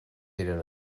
eren